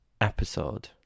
episode